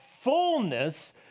fullness